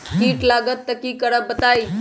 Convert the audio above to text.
कीट लगत त क करब बताई?